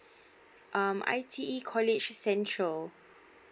um I_T_E college central